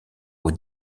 aux